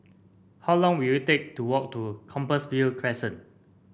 how long will it take to walk to Compassvale Crescent